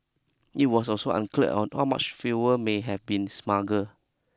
it was also unclear on how much fuel may have been smuggle